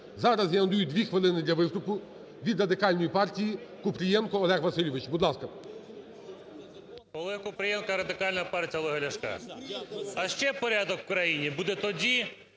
Зараз я надаю дві хвилини для виступу від Радикальної партії – Купрієнко Олег Васильович. Будь ласка. 11:58:19 КУПРІЄНКО О.В. Олег Купрієнко, Радикальна партія Олега Ляшка. А ще порядок в Україні буде тоді,